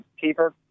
keeper